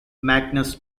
magnus